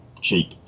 cheap